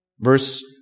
Verse